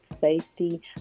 safety